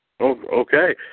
Okay